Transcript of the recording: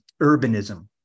urbanism